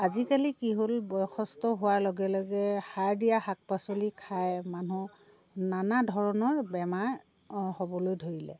আজিকালি কি হ'ল বয়সস্ত হোৱাৰ লগে লগে সাৰ দিয়া শাক পাচলি খাই মানুহ নানা ধৰণৰ বেমাৰ হ'বলৈ ধৰিলে